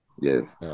yes